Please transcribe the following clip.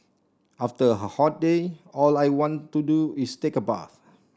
after a hot day all I want to do is take a bath